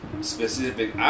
specific